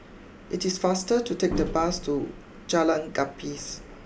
it is faster to take the bus to Jalan Gapis